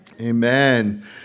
Amen